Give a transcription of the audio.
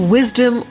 Wisdom